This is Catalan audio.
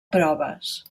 proves